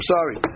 Sorry